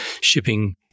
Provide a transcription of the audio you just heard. shipping